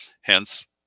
hence